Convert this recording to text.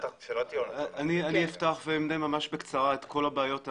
אני אפתח ואמנה ממש בקצרה את כול הבעיות,